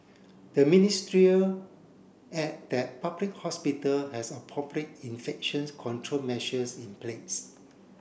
the ministry add that public hospital has appropriate infection control measures in place